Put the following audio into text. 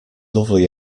lovely